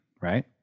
right